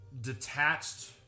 detached